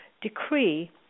decree